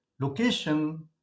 location